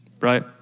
right